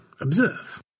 observe